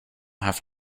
have